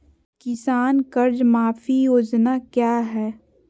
किसान कर्ज माफी योजना क्या है?